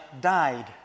died